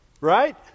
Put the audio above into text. Right